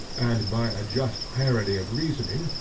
and by a just parity of reasoning,